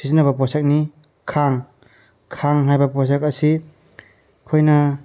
ꯁꯤꯖꯤꯟꯅꯕ ꯄꯣꯠꯁꯛꯅꯤ ꯈꯥꯡ ꯈꯥꯡ ꯍꯥꯏꯕ ꯄꯣꯠꯁꯛ ꯑꯁꯤ ꯑꯩꯈꯣꯏꯅ